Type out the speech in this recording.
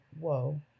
whoa